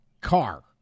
car